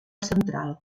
central